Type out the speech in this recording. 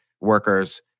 workers